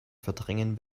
verdrängen